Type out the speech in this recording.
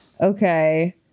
Okay